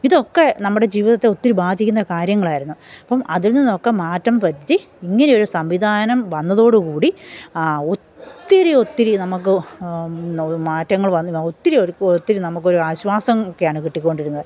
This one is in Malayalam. ഇതൊക്കെ നമ്മുടെ ജീവിതത്തെ ഒത്തിരി ബാധിക്കുന്ന കാര്യങ്ങളായിരുന്നു അപ്പം അതില് നിന്നൊക്കെ മാറ്റം പറ്റി ഇങ്ങനെയൊരു സംവിധാനം വന്നതോടുകൂടി ഒത്തിരി ഒത്തിരി നമുക്ക് മാറ്റങ്ങള് ഒത്തിരിയൊരു ഒത്തിരി നമുക്ക് ഒരു ആശ്വാസം ഒക്കെയാണ് കിട്ടിക്കൊണ്ടിരുന്നത്